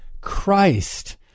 Christ